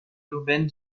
urbaine